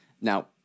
Now-